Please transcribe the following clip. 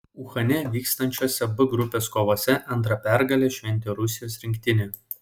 uhane vykstančiose b grupės kovose antrą pergalę šventė rusijos rinktinė